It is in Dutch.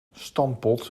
stamppot